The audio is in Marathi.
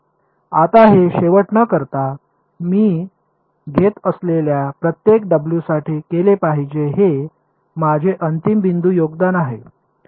आता हे शेवट न करता हे मी घेत असलेल्या प्रत्येक डब्ल्यूसाठी केले पाहिजे हे माझे अंतिम बिंदू योगदान आहे